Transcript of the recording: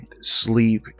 sleep